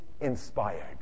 inspired